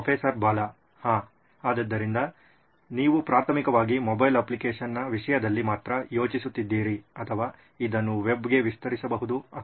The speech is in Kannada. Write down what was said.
ಪ್ರೊಫೆಸರ್ ಬಾಲಾ ಹಾಂ ಆದ್ದರಿಂದ ನೀವು ಪ್ರಾಥಮಿಕವಾಗಿ ಮೊಬೈಲ್ ಅಪ್ಲಿಕೇಶನ್ನ ವಿಷಯದಲ್ಲಿ ಮಾತ್ರ ಯೋಚಿಸುತ್ತಿದ್ದೀರಿ ಅಥವಾ ಇದನ್ನು ವೆಬ್ಗೆ ವಿಸ್ತರಿಸಬಹುದು ಅಥವಾ